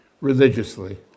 religiously